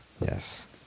Yes